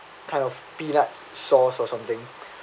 kind of peanut sauce or something